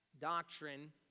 doctrine